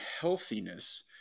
healthiness